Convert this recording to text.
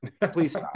please